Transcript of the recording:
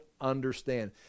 understand